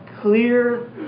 clear